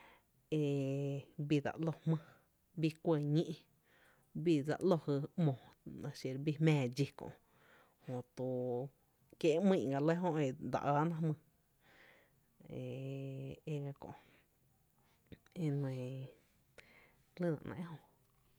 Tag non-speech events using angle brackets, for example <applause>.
Ee bi dsa ´lo jmý bii kuɇ ñí’, bi dse ‘lo jy ´mo xiro bii jmⱥⱥ dxí, jö kie’ ‘mý’n ga lɇ jö e re áána jmyy, e <hesitation> e e nɇɇ lýna ‘néé’ e jö.